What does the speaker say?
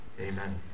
Amen